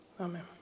Amen